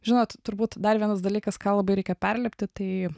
žinot turbūt dar vienas dalykas ką labai reikia perlipti tai